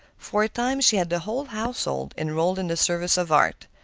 for a time she had the whole household enrolled in the service of art.